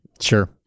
sure